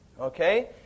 Okay